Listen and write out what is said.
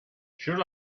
should